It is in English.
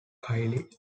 kylie